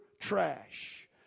trash